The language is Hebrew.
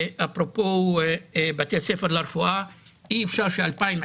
אפרופו בתי ספר לרפואה, אי אפשר שב-2021